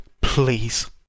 please